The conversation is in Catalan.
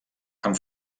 amb